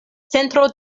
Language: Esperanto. centro